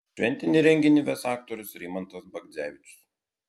šventinį renginį ves aktorius rimantas bagdzevičius